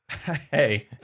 Hey